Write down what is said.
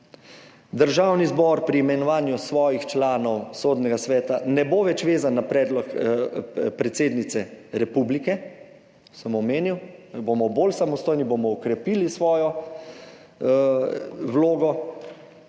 Državni zbor pri imenovanju svojih članov Sodnega sveta ne bo več vezan na predlog predsednice republike, sem omenil, bomo bolj samostojni, bomo okrepili svojo vlogo.